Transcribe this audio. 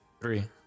three